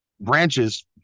branches